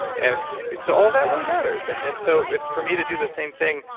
and so all of that really matters and and so if for me to do the same thing,